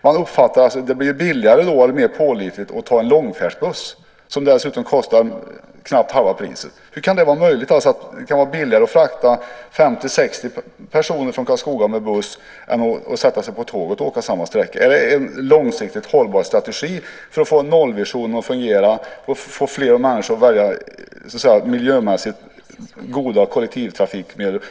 Man uppfattar att det blir billigare och är mer pålitligt att ta en långfärdsbuss, som dessutom kostar knappt halva priset. Hur kan det vara billigare att frakta 50-60 personer från Karlskoga med buss än med tåg? Är det en långsiktigt hållbar strategi för att få nollvisionen att fungera och få fler människor att välja miljömässigt goda kollektivtrafikmedel?